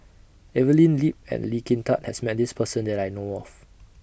Evelyn Lip and Lee Kin Tat has Met This Person that I know of